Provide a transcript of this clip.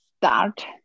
start